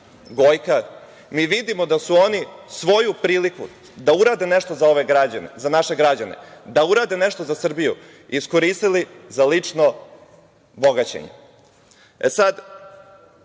Gojka. Mi vidimo da su oni svoju priliku da urade nešto za ove građane, za naše građane, da urade nešto za Srbiju iskoristili za lično bogaćenje.E sad,